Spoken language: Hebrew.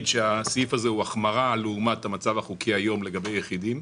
שהסעיף הזה הוא החמרה לעומת המצב החוקי היום לגבי יחידים.